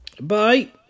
Bye